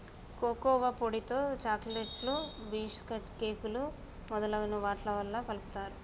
cocoa పొడితో చాకోలెట్లు బీషుకేకులు మొదలగు వాట్లల్లా కలుపుతారు